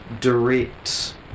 direct